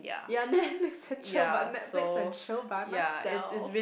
ya Netflix and chill but Netflix and chill by myself